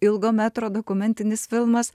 ilgo metro dokumentinis filmas